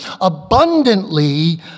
abundantly